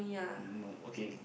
mm no okay